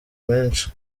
menshi